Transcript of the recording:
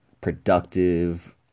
productive